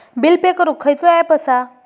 Bill pay करूक खैचो app असा?